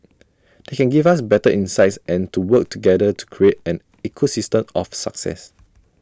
they can give us better insights and to work together to create an ecosystem of success